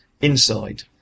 inside